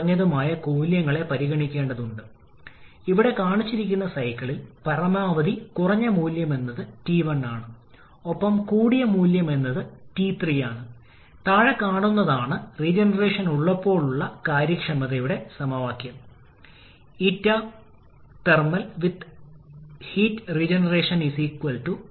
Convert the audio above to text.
Ts ഡയഗ്രാമിൽ നിന്ന് കാണാൻ കഴിയുന്നതുപോലെ ഉയർന്ന മർദ്ദത്തിലും ഉയർന്ന താപനിലയിലും ഉയർന്ന മർദ്ദം ടർബൈൻ പ്രവർത്തിക്കുന്നു